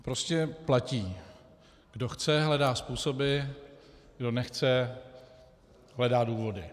Prostě platí kdo chce, hledá způsoby, kdo nechce, hledá důvody.